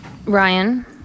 Ryan